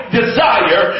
desire